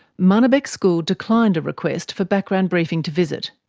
marnebek school declined a request for background briefing to visit.